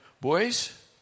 boys